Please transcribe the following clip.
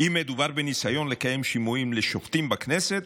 מהניסיון לקיים שימועים לשופטים בכנסת,